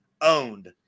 owned